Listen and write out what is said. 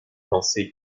lancé